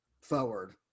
forward